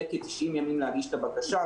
יהיו כ-90 ימים להגיש את הבקשה.